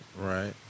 right